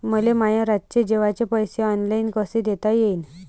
मले माया रातचे जेवाचे पैसे ऑनलाईन कसे देता येईन?